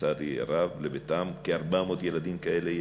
לצערי הרב, יש כ-400 ילדים כאלה,